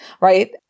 right